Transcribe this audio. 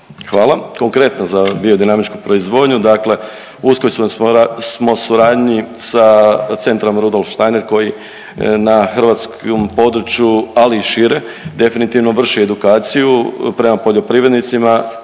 Hvala. Konkretno za biodinamičku proizvodnju dakle u uskoj smo suradnji sa Centrom Rudolf Steiner koji na hrvatskom području, ali i šire definitivno vrši edukaciju prema poljoprivrednicima